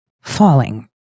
falling